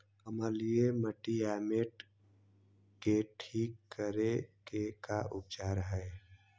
अमलिय मटियामेट के ठिक करे के का उपचार है?